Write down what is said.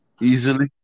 Easily